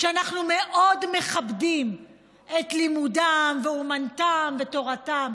שאנחנו מאוד מכבדים את לימודם ואומנותם ותורתם,